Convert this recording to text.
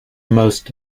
most